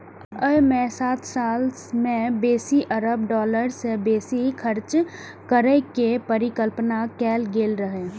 अय मे सात साल मे बीस अरब डॉलर सं बेसी खर्च करै के परिकल्पना कैल गेल रहै